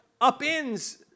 upends